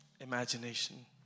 Imagination